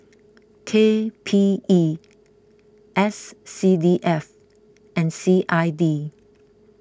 K P E S C D F and C I D